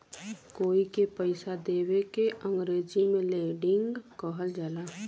कोई के पइसा देवे के अंग्रेजी में लेंडिग कहल जाला